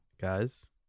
guys